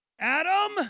Adam